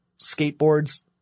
skateboards